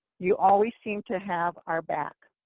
you always seemed to have our back.